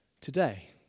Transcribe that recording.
today